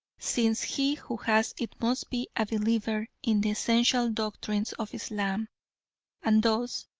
since he who has it must be a believer in the essential doctrines of islam and thus,